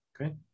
Okay